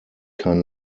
kein